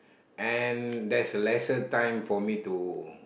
and there's lesser time for me to